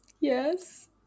yes